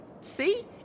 See